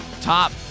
top